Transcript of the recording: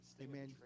Amen